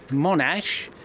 monash,